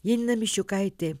janina miščiukaitė